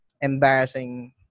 embarrassing